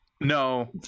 No